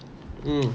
mm